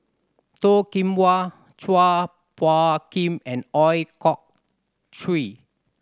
Toh Kim Hwa Chua Phung Kim and Ooi Kok Chuen